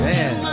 Man